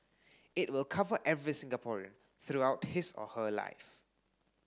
it will cover every Singaporean throughout his or her life